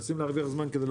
הם מנסים להרוויח זמן.